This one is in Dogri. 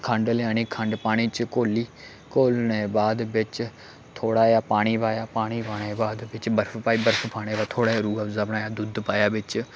खंड लेआनी खंड पानी ओह्दे च घोली घोलने दे बाद बिच्च थोह्ड़ा जेहा पानी पाया पानी पाने दे बाद बिच्च बर्फ पई बर्फ पाने दे बाद थोह्ड़ा जेहा रूह अफजा बनाया दुद्ध पाया बिच